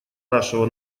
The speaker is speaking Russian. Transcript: нашего